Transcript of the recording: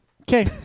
Okay